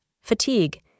fatigue